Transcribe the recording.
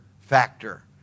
factor